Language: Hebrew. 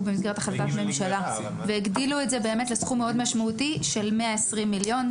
במסגרת החלטת ממשלה והגדילו את זה לסכום משמעותי של 120 מיליון.